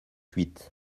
huit